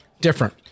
different